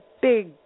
big